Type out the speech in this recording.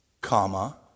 Comma